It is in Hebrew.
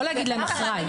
לא להגיד להם אחראי.